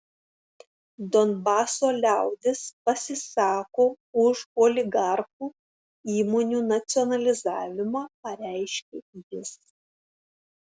donbaso liaudis pasisako už oligarchų įmonių nacionalizavimą pareiškė jis